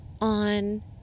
on